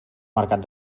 mercat